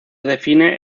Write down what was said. define